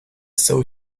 sao